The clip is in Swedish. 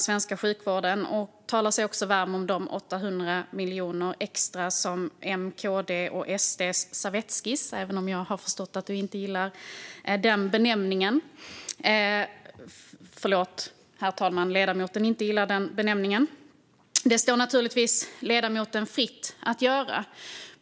Hon talar sig också varm för de 800 miljoner extra i M:s, KD:s och SD:s servettskiss - även om jag har förstått att ledamoten inte gillar den benämningen. Det står naturligtvis ledamoten fritt att göra det.